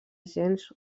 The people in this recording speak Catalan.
gens